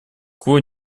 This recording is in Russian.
кво